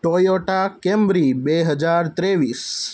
Toyota Camry બે હજાર ત્રેવીસ